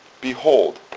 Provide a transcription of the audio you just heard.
Behold